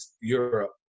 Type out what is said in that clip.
Europe